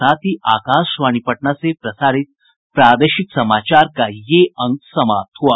इसके साथ ही आकाशवाणी पटना से प्रसारित प्रादेशिक समाचार का ये अंक समाप्त हुआ